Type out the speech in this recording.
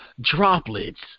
droplets